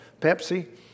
Pepsi